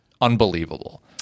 unbelievable